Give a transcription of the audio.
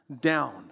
down